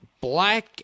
black